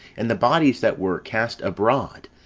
and the bodies that were cast abroad,